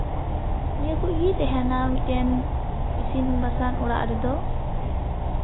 ᱱᱤᱭᱟᱹ ᱠᱚᱜᱮ ᱛᱟᱦᱮᱱᱟ ᱢᱤᱫᱴᱮᱱ ᱤᱥᱤᱱ ᱵᱟᱥᱟᱝ ᱚᱲᱟᱜ ᱨᱮᱫᱚ